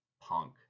punk